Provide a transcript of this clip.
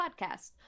podcast